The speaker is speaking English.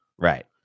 Right